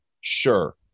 Sure